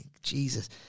Jesus